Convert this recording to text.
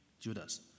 Judas